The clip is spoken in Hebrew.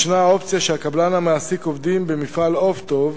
ישנה האופציה שהקבלן המעסיק עובדים במפעל "עוף טוב"